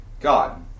God